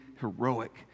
heroic